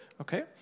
okay